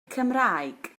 cymraeg